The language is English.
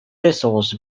thistles